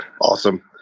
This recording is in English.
Awesome